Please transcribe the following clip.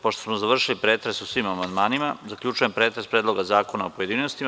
Pošto smo završili pretres o svim amandmanima, zaključujem pretres Predloga zakona u pojedinostima.